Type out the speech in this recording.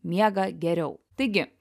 miega geriau taigi